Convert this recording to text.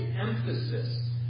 emphasis